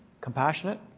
compassionate